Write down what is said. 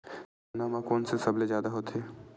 चना म कोन से सबले जादा होथे?